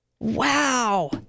Wow